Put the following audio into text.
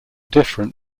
different